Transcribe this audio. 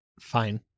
fine